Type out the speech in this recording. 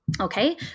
Okay